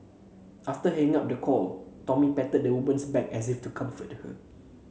after hanging up the call Tommy patted the woman's back as if to comfort her